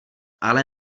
ale